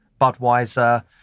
Budweiser